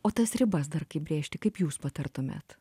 o tas ribas dar kaip brėžti kaip jūs patartumėt